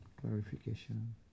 clarification